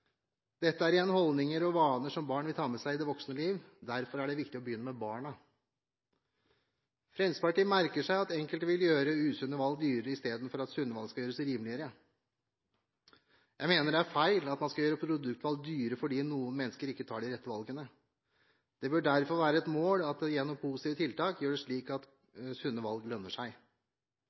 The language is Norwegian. Dette er igjen holdninger og vaner som barn vil ta med seg i det voksne liv. Derfor er det viktig å begynne med barna. Fremskrittspartiet merker seg at enkelte vil gjøre usunne valg dyrere istedenfor at sunne valg skal gjøres rimeligere. Jeg mener det er feil at man skal gjøre produkter dyrere fordi noen mennesker ikke tar de rette valgene. Det bør derfor være et mål at en gjennom positive tiltak gjør det slik at sunne valg lønner seg.